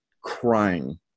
crying